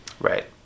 Right